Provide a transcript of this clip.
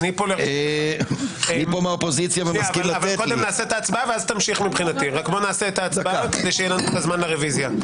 נעשה את ההצבעות כדי שיהיה לנו זמן לרביזיה.